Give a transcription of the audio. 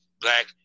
black